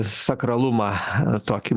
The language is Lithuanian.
sakralumą tokį